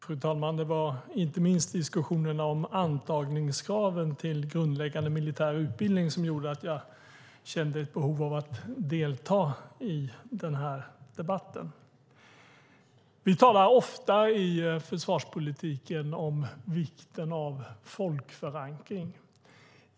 Fru talman! Det var inte minst diskussionerna om antagningskraven till grundläggande militär utbildning som gjorde att jag kände ett behov av att delta i debatten. I försvarspolitiken talar vi ofta om vikten av folkförankring.